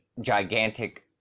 gigantic